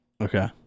Okay